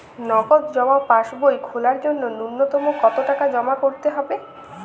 নগদ জমা পাসবই খোলার জন্য নূন্যতম কতো টাকা জমা করতে হবে?